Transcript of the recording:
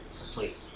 asleep